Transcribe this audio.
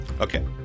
Okay